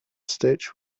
stitch